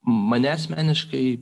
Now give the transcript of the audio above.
mane asmeniškai